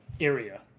area